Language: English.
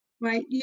right